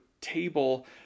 table